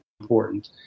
important